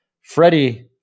Freddie